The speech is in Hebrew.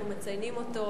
אנחנו מציינים אותו,